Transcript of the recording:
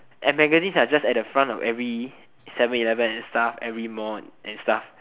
and magazine are just at the front of every seven eleven of every mall and stuff